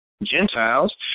Gentiles